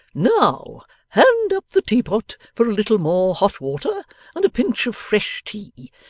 now hand up the teapot for a little more hot water, and a pinch of fresh tea,